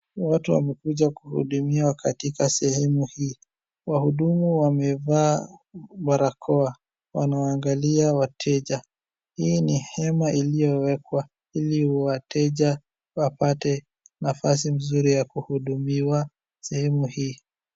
Watu wamekuja kuhudumiwa katika sehemu hii. Wahudumu wamevaa barakoa wanawaangalia wateja. Hii ni hema iliyowekwa ili wateja wapate nafasi mzuri ya kuhudumiwa sehemu hii.